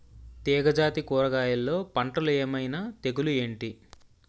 తీగ జాతి కూరగయల్లో పంటలు ఏమైన తెగులు ఏంటి?